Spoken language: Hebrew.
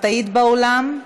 היית באולם?